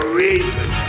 reason